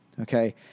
okay